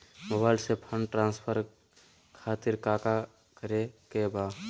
Mobile से fund transfer खातिर काका करे के बा?